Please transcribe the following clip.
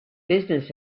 business